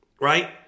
right